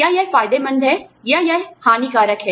क्या यह फ़ायदेमंद है या यह हानिकारक है